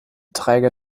träger